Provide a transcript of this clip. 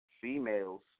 females